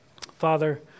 Father